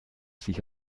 sich